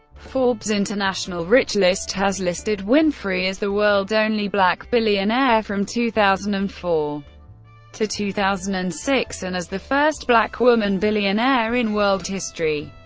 forbes' international rich list has listed winfrey as the world's only black billionaire from two thousand and four to two thousand and six and as the first black woman billionaire in world history.